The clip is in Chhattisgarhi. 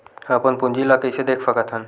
अपन पूंजी ला कइसे देख सकत हन?